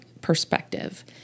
perspective